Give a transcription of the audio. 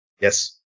Yes